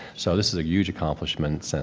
so this is a huge accomplishment. so and